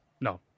No